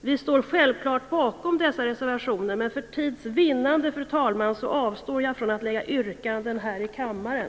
Vi står självfallet bakom de nämnda reservationerna, men för tids vinnande, fru talman, avstår jag från att ställa yrkanden här i kammaren.